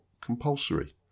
compulsory